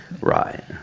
Right